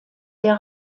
der